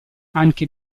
anche